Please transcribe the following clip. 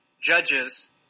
judges